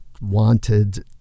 wanted